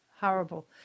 horrible